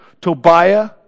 Tobiah